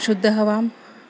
शुद्धः वाम्